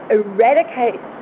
eradicate